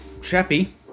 Chappie